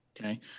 Okay